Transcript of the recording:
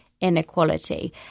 inequality